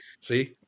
See